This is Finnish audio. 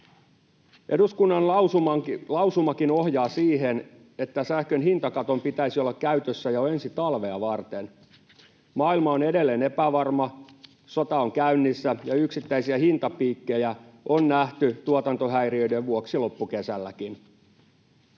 Eduskunnan lausumakin ohjaa siihen, että sähkön hintakaton pitäisi olla käytössä jo ensi talvea varten. Maailma on edelleen epävarma, sota on käynnissä, ja yksittäisiä hintapiikkejä on nähty tuotantohäiriöiden vuoksi loppukesälläkin.